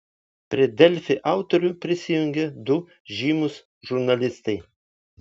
prie delfi autorių prisijungė du žymūs žurnalistai